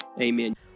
Amen